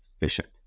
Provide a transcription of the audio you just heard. efficient